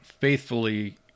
faithfully